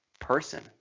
person